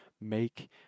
make